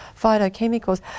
phytochemicals